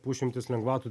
pusšimtis lengvatų